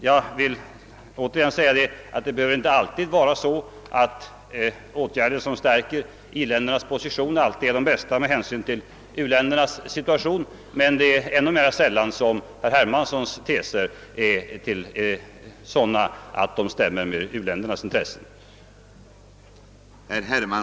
Jag vill återigen betona, att det inte behöver vara så att åtgärder som stärker i-ländernas positioner alltid är de bästa med hänsyn till u-ländernas situation, men det är ännu mer sällan som herr Hermanssons teser är sådana att de överensstämmer med u-ländernas intressen.